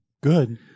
Good